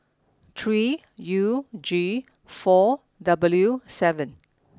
three U G four W seven